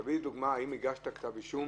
זיו, האם הגשתם כתב אישום